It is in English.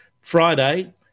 Friday